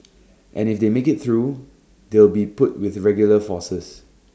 and if they make IT through they'll be put with regular forces